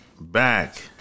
back